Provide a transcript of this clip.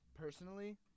Personally